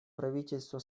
правительство